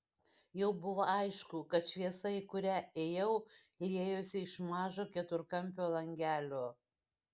jau buvo aišku kad šviesa į kurią ėjau liejosi iš mažo keturkampio langelio